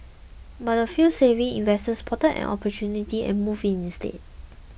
but a few savvy investors spotted an opportunity and moved in instead